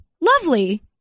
lovely